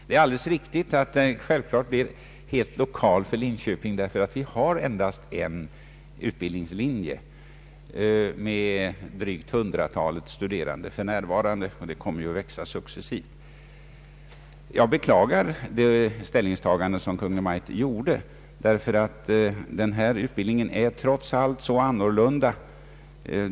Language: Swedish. Det är självklart att det blir helt lokalt för Linköping, ty vi har endast en utbildningslinje med drygt hundratalet studerande för närvarande, men antalet kommer givetvis att växa sSuccessivt. Jag beklagar det ställningstagande som Kungl. Maj:t gjort, ty denna utbildning är trots allt så annorlunda.